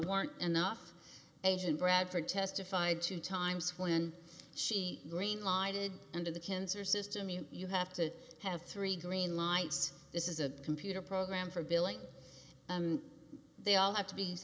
weren't enough asian bradford testified two times when she greenlighted under the kinzer system you you have to have three green lights this is a computer program for billing and they all have to be